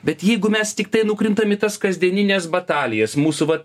bet jeigu mes tiktai nukrintam į tas kasdienines batalijas mūsų vat